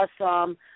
awesome